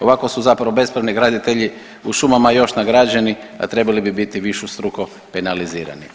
Ovako su zapravo bespravni graditelji u šumama još nagrađeni, a trebali bi biti višestruko penalizirani.